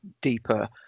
deeper